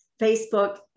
Facebook